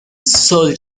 sole